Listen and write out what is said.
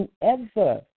whoever